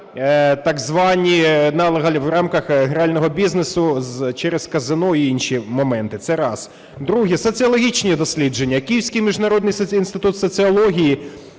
так звані "………" в рамках грального бізнесу через казино і інші моменти – це раз. Друге – соціологічні дослідження. Київський міжнародний інститут соціології